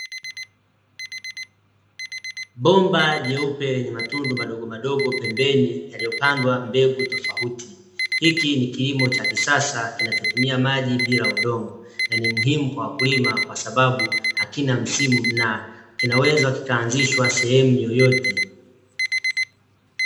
Bomba jeupe lenye matundu madogo madogo pembeni yaliyopandwa mbegu tofauti. Hiki ni kilimo cha kisasa kinachotumia maji bila udongo na ni muhimu kwa wakulima kwa sababu hakina msimu na kinaweza kikaanzishwa sehemu yoyote.